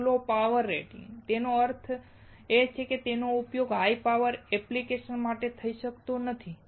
એક low power rating તેનો અર્થ એ કે તેનો ઉપયોગ હાઈ પાવર એપ્લિકેશન માટે કરી શકાતો નથી